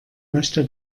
möchte